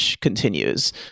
continues